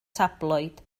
tabloid